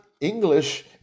English